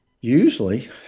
Usually